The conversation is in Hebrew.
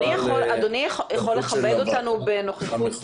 אנחנו העברנו את זה לסמכות